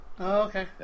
okay